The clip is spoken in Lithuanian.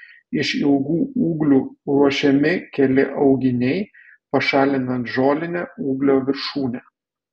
iš ilgų ūglių ruošiami keli auginiai pašalinant žolinę ūglio viršūnę